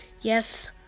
Yes